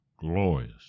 glorious